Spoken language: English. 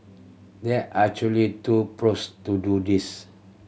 there actually two pros to do this